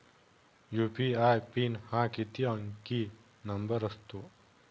UPI PIN हा किती अंकी नंबर असतो?